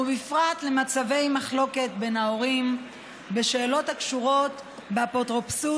ובפרט למצבי מחלוקת בשאלות הקשורות באפוטרופסות